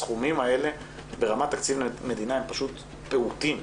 הסכומים האלה ברמת תקציב מדינה הם פשוט פעוטים.